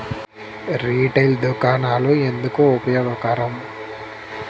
Retail దుకాణాలు ఎందుకు ఉపయోగకరం?